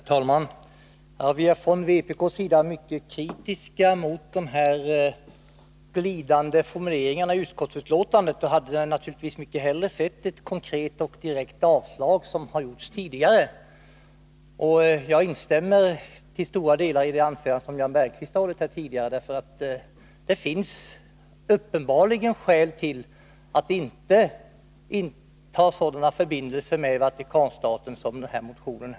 Herr talman! Vi är från vpk:s sida mycket kritiska mot de glidande formuleringarna i utskottsbetänkandet och hade naturligtvis mycket hellre sett ett konkret och direkt avstyrkande, som utskottet tidigare har gjort. Jag instämmer till stora delar i det anförande som Jan Bergqvist tidigare har hållit. Det finns uppenbarligen skäl till att inte ha sådana förbindelser med Vatikanstaten som krävs i motionen.